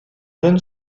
donne